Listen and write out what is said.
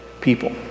people